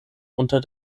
unter